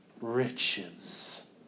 riches